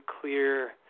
clear